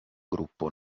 gruppo